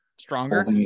stronger